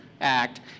act